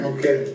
Okay